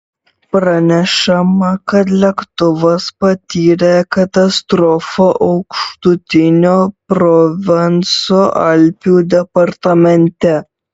pranešama kad lėktuvas patyrė katastrofą aukštutinio provanso alpių departamente